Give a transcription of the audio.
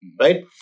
right